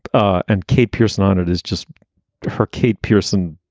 ah and kate pierson on it is just for kate pierson,